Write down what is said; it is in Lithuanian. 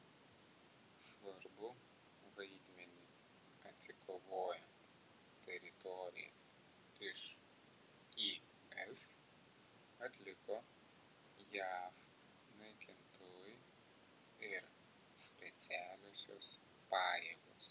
svarbų vaidmenį atsikovojant teritorijas iš is atliko jav naikintuvai ir specialiosios pajėgos